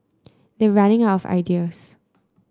they're running out of ideas